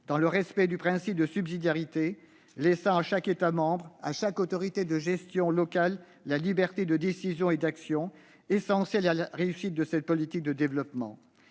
dans le respect du principe de subsidiarité, laissant à chaque État membre, à chaque autorité de gestion locale, la liberté de décision et d'action, essentielle à la réussite de cette politique de développement.